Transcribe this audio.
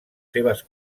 seves